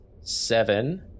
seven